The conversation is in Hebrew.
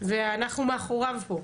ואנחנו מאחוריו פה.